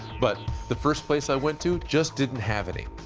but the first place i went to just didn't have any.